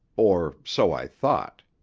or so i thought.